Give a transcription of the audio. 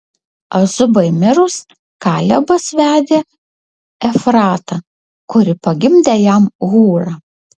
azubai mirus kalebas vedė efratą kuri pagimdė jam hūrą